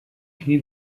signé